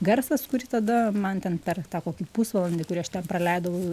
garsas kurį tada man ten per tą kokį pusvalandį kurį aš ten praleidau